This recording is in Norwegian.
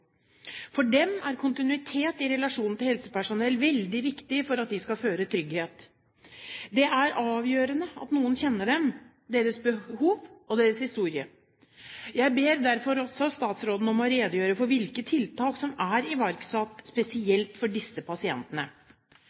For dem er kontinuitet i relasjonen til helsepersonell veldig viktig for at de skal føle trygghet. Det er avgjørende at noen kjenner dem, deres behov og deres historie. Jeg ber derfor statsråden redegjøre for hvilke tiltak som er iverksatt spesielt for disse pasientene.